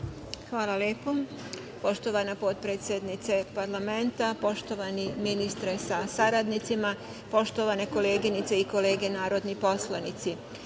Hvala lepo. Poštovana potpredsednice parlamenta, poštovani ministre sa saradnicima, poštovane koleginice i kolege narodni poslanici,